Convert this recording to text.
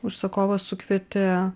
užsakovas sukvietė